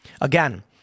Again